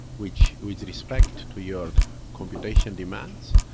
which with respect to your computation demands,